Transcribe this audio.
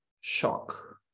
shock